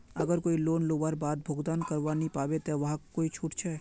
अगर कोई लोन लुबार बाद भुगतान करवा नी पाबे ते वहाक कोई छुट छे?